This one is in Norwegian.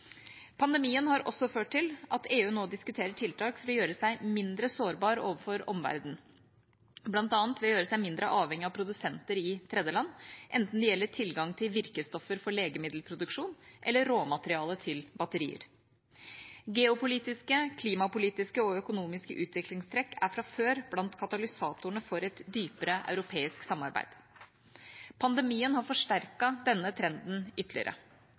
Pandemien har også ført til at EU nå diskuterer tiltak for å gjøre seg mindre sårbar overfor omverdenen, bl.a. ved å gjøre seg mindre avhengig av produsenter i tredjeland, enten det gjelder tilgang til virkestoffer for legemiddelproduksjon eller råmateriale til batterier. Geopolitiske, klimapolitiske og økonomiske utviklingstrekk er fra før blant katalysatorene for et dypere europeisk samarbeid. Pandemien har forsterket denne trenden ytterligere.